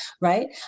right